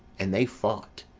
and they fought.